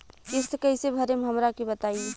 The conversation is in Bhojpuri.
किस्त कइसे भरेम हमरा के बताई?